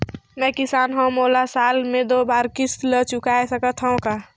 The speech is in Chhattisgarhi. मैं किसान हव मोला साल मे दो बार किस्त ल चुकाय सकत हव का?